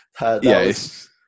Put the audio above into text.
yes